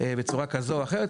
בצורה כזו או אחרת.